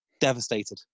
Devastated